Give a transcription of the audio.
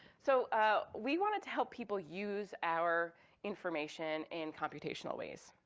so ah we wanted to help people use our information in computational ways.